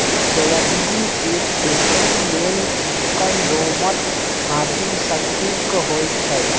soybean के खेती लेल चिक्कन दोमट माटि सटिक होइ छइ